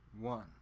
one